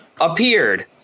appeared